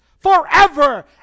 Forever